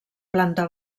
planta